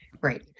Right